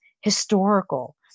historical